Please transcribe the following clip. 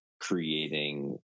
creating